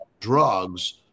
drugs